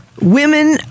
women